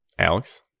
Alex